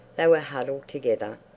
they were huddled together,